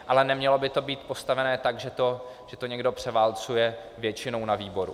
Ale nemělo by to být postaveno tak, že to někdo převálcuje většinou na výboru.